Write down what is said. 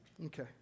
Okay